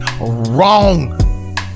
wrong